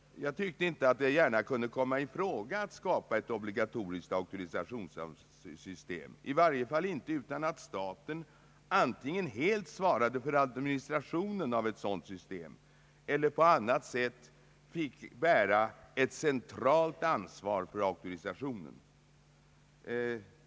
Jag tyckte inte att det gärna kunde komma i fråga att skapa ett obligatoriskt auktorisationssystem, i varje fall inte utan att staten antingen helt svarade för auktorisationen av ett sådant system eller på annat sätt fick bära ett centralt ansvar för auktorisationen.